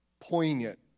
poignant